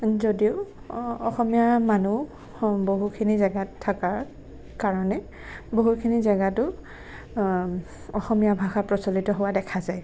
যদিও অসমীয়া মানুহ বহুখিনি জেগাত থকাৰ কাৰণে বহুখিনি জেগাতো অসমীয়া ভাষা প্ৰচলিত হোৱা দেখা যায়